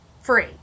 free